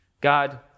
god